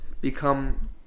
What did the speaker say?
become